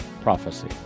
PROPHECY